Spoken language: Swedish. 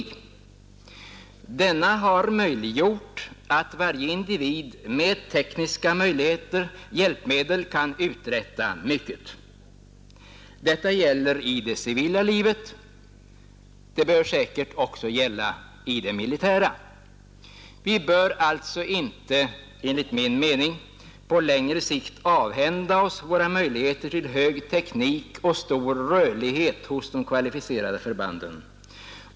Denna har möjliggjort att varje individ med tekniska hjälpmedel kan uträtta mycket. Detta gäller i det civila livet — det bör säkerligen också gälla i det militära. Enligt min mening bör vi alltså inte på längre sikt avhända oss våra möjligheter till hög teknik och stor rörlighet hos de kvalificerade förbanden.